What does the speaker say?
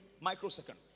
microsecond